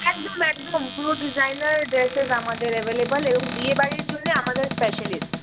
একদম একদম পুরো ডিজাইনার ড্রেসেস আমাদের অ্যাভেলেবেল এবং বিয়েবড়ির জন্য আমাদের স্প্যােশালিস্ট